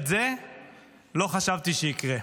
זה לא חשבתי שיקרה.